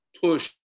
push